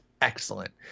excellent